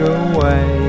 away